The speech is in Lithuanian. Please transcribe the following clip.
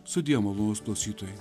sudie malonūs klausytojai